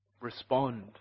respond